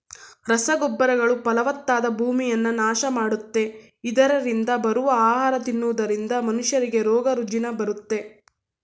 ರಸಗೊಬ್ಬರಗಳು ಫಲವತ್ತಾದ ಭೂಮಿಯನ್ನ ನಾಶ ಮಾಡುತ್ತೆ, ಇದರರಿಂದ ಬರುವ ಆಹಾರ ತಿನ್ನುವುದರಿಂದ ಮನುಷ್ಯರಿಗೆ ರೋಗ ರುಜಿನ ಬರುತ್ತೆ